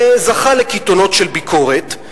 זכה לקיתונות של ביקורת.